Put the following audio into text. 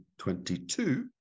22